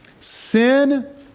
sin